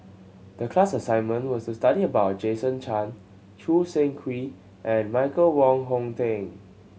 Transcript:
the class assignment was to study about Jason Chan Choo Seng Quee and Michael Wong Hong Teng